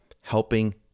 helping